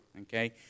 Okay